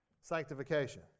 sanctification